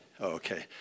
okay